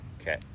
Okay